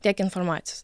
tiek informacijos